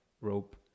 rope